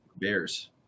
bears